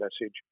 message